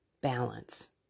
balance